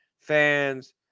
fans